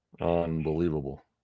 unbelievable